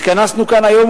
התכנסנו כאן היום,